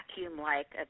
vacuum-like